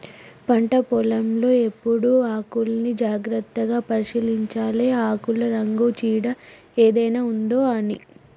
పంట పొలం లో ఎప్పుడు ఆకుల్ని జాగ్రత్తగా పరిశీలించాలె ఆకుల రంగు చీడ ఏదైనా ఉందొ అని